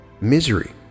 Misery